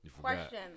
Question